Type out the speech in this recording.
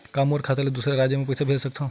का मोर खाता म दूसरा राज्य ले पईसा भेज सकथव?